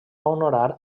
honorar